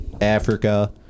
Africa